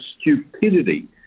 stupidity